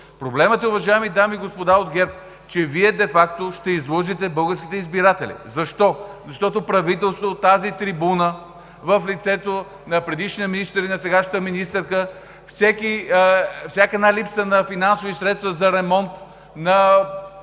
Проблемът е, уважаеми дами и господа от ГЕРБ, че Вие де факто ще излъжете българските избиратели. Защо? Защото правителството от тази трибуна в лицето на предишния министър и на сегашната министърка за всяка една липса на финансови средства за ремонт на